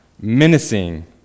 menacing